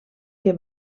que